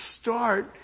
Start